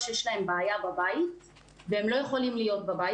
שיש להם בעיה בבית והם לא יכולים להיות בבית,